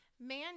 Man